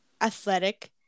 athletic